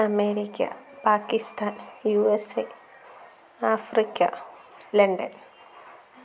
America Pakistan USA Africa London